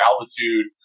altitude